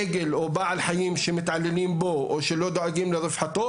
עגל או בעל חיים שמתעללים בו או שלא דואגים לרווחתו,